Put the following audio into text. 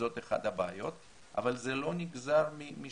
שזו אחת הבעיות, אבל זה לא נגזר משמים.